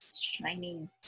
shining